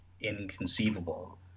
inconceivable